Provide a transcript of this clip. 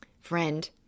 Friend